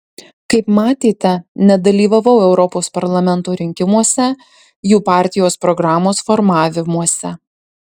kaip matėte nedalyvavau europos parlamento rinkimuose jų partijos programos formavimuose